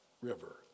river